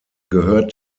gehört